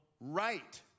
right